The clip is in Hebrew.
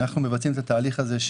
אנחנו מבצעים את התהליך הזה,